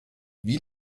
wie